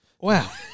Wow